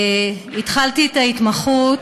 התחלתי את ההתמחות